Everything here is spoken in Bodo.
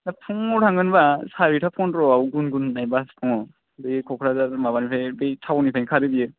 दा फुङाव थांगोन बा सारिता पन्द्र'आव गुनगुन होननाय बास दङ बे क'क्राझार माबानिफ्राय थाउननिफ्राय खारो बियो